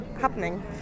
happening